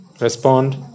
respond